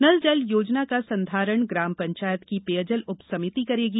नल जल योजना का संधारण ग्राम पंचायत की पेयजल उप समिति करेगी